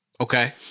Okay